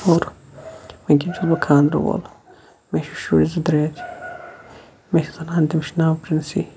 اور وٕنکٮ۪ن چھُس بہٕ خانٛدرٕ وول مےٚ چھِ شُرۍ زٕ ترٛےٚ تہِ مےٚ چھِ زَنان تٔمِس چھُ ناو پرنٛسٕے